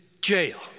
jail